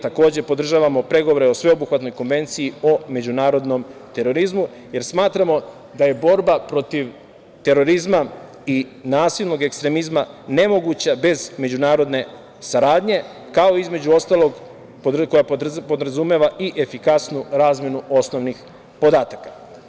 Takođe, podržavamo pregovore o sveobuhvatnoj Konvenciji o međunarodnom terorizmu, jer smatramo da je borba protiv terorizma i nasilnog ekstremizma nemoguća bez međunarodne saradnje, kao između ostalog, koja podrazumeva i efikasnu razmenu osnovnih podataka.